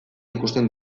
ikusten